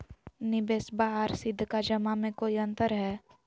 निबेसबा आर सीधका जमा मे कोइ अंतर हय?